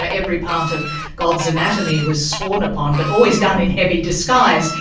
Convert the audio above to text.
ah every part of god's anatomy was sworn upon, but always done in heavy disguise,